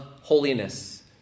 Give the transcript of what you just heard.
holiness